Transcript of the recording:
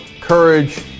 courage